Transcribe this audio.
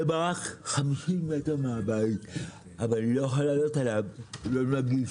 אבל אני לא יכול לעלות עליו כי הוא לא נגיש.